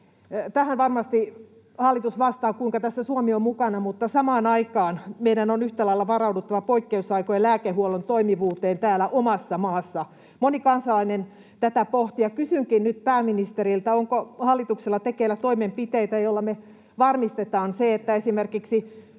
Tähän varmasti hallitus vastaa, että kuinka tässä Suomi on mukana. Mutta samaan aikaan meidän on yhtä lailla varauduttava poikkeusaikojen lääkehuollon toimivuuteen täällä omassa maassa. Moni kansalainen tätä pohtii. Ja kysynkin nyt pääministeriltä: onko hallituksella tekeillä toimenpiteitä, joilla me varmistetaan se, että esimerkiksi